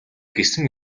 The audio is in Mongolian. гэсэн